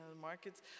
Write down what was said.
markets